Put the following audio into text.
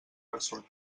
persones